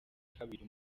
kabiri